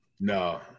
No